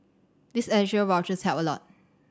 these additional vouchers help a lot